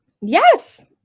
Yes